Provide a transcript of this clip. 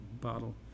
bottle